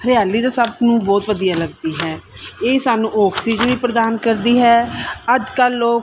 ਹਰਿਆਲੀ ਤਾਂ ਸਭ ਨੂੰ ਬਹੁਤ ਵਧੀਆ ਲੱਗਦੀ ਹੈ ਇਹ ਸਾਨੂੰ ਓਕਸੀਜ ਵੀ ਪ੍ਰਦਾਨ ਕਰਦੀ ਹੈ ਅੱਜ ਕੱਲ੍ਹ ਲੋਕ